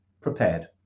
prepared